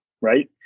Right